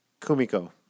Kumiko